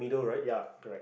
ya correct